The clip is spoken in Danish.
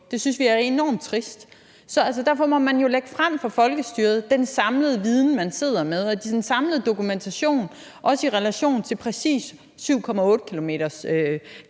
Det synes vi er enormt trist. Derfor må man jo lægge frem for folkestyret den samlede viden, man sidder med, og den samlede dokumentation, også i relation til